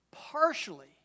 partially